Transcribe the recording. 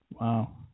Wow